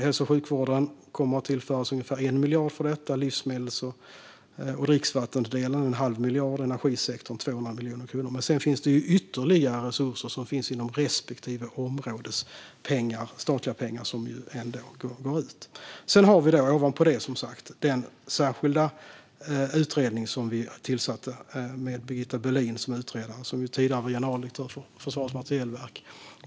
Hälso och sjukvården kommer att tillföras ungefär 1 miljard för detta, livsmedels och dricksvattendelen en halv miljard och energisektorn 200 miljoner kronor. Sedan finns ytterligare resurser inom respektive områdes statliga pengar. Ovanpå detta finns den särskilda utredning som vi har tillsatt med Birgitta Böhlin som utredare, tidigare generaldirektör för Försvarets materielverk.